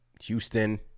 Houston